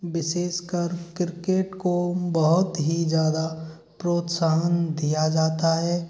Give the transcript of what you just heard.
विशेषकर क्रिकेट को बहुत ही ज़्यादा प्रोत्साहन दिया जाता है